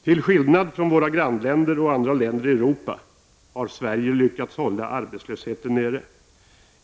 Till skillnad från våra grannländer och andra länder i Europa har Sverige lyckats hålla arbetslösheten nere.